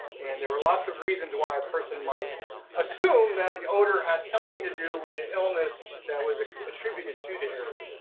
and there were lots of reasons why a person might assume that the odor had something to do with the illness that was attributed to the area.